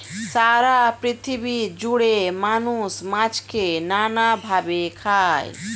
সারা পৃথিবী জুড়ে মানুষ মাছকে নানা ভাবে খায়